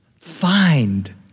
Find